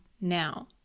now